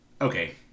okay